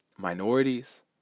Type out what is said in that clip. minorities